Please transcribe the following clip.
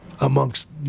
amongst